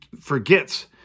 forgets